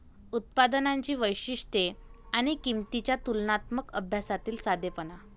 उत्पादनांची वैशिष्ट्ये आणि किंमतींच्या तुलनात्मक अभ्यासातील साधेपणा